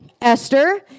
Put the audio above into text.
Esther